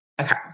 Okay